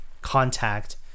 contact